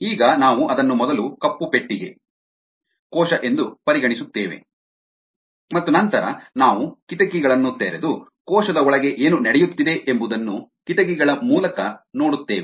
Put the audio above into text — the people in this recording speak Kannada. ಈಗ ನಾವು ಅದನ್ನು ಮೊದಲು ಕಪ್ಪು ಪೆಟ್ಟಿಗೆ ಕೋಶ ಎಂದು ಪರಿಗಣಿಸುತ್ತೇವೆ ಮತ್ತು ನಂತರ ನಾವು ಕಿಟಕಿಗಳನ್ನು ತೆರೆದು ಕೋಶದ ಒಳಗೆ ಏನು ನಡೆಯುತ್ತಿದೆ ಎಂಬುದನ್ನು ಕಿಟಕಿಗಳ ಮೂಲಕ ನೋಡುತ್ತೇವೆ